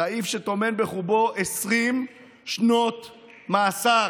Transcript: סעיף שטומן בחובו 20 שנות מאסר.